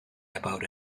about